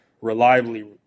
reliably